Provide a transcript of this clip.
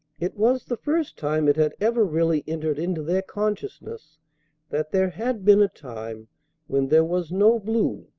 it was the first time it had ever really entered into their consciousness that there had been a time when there was no blue,